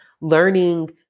Learning